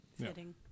Fitting